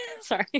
sorry